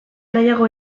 nahiago